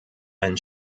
ein